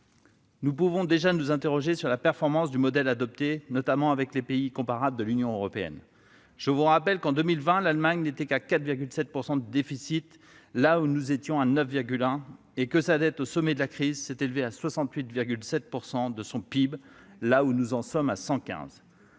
Nous pouvons nous interroger sur la performance du modèle adopté, notamment par rapport aux pays comparables de l'Union européenne. Je vous rappelle qu'en 2020 l'Allemagne n'était qu'à 4,7 % de déficit quand nous étions à 9,1 % et que sa dette, au sommet de la crise, s'est élevée à 68,7 % de son PIB, contre 115